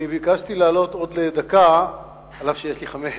אני ביקשתי לעלות לעוד דקה, אף שיש לי חמש,